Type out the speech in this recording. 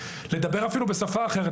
לדבר אפילו בשפה אחרת,